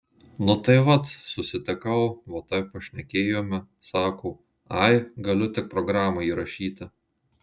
nu tai vat susitikau va taip pašnekėjome sako ai galiu tik programą įrašyti